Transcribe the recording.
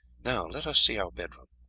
now let us see our bedroom.